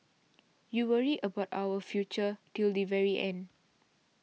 you worry about our future till the very end